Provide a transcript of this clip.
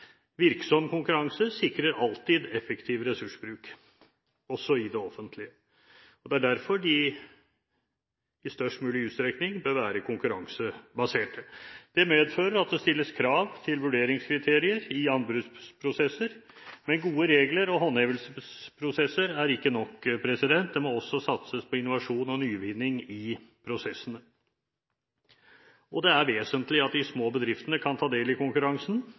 Virksom konkurranse sikrer alltid effektiv ressursbruk, også i det offentlige, og de bør derfor i størst mulig utstrekning være konkurransebaserte. Det medfører at det stilles krav til vurderingskriterier i anbudsprosesser. Men gode regler og håndhevelsesprosesser er ikke nok, det må også satses på innovasjon og nyvinning i prosessene. Det er vesentlig at de små bedriftene kan ta del i konkurransen,